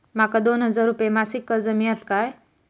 माका दोन हजार रुपये मासिक कर्ज मिळात काय?